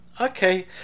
okay